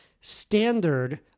standard